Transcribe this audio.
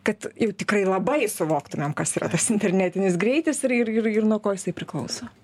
kad jau tikrai labai suvoktumėm kas yra tas internetinis greitis ir ir ir ir nuo ko jisai priklauso